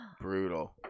Brutal